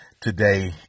today